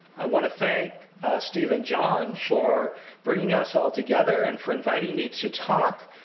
i want to thank steve and john for bringing us all together and for inviting me to talk.